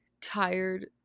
tired